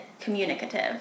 communicative